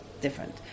different